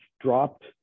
dropped